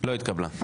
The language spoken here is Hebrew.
לא התקבלה.